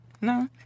No